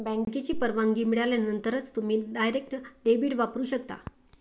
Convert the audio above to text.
बँकेची परवानगी मिळाल्यानंतरच तुम्ही डायरेक्ट डेबिट वापरू शकता